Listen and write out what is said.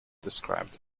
described